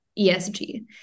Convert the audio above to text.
ESG